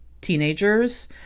teenagers